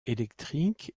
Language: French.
électriques